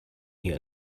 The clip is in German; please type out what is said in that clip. hier